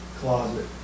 closet